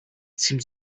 seemed